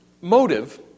motive